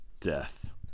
death